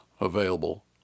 available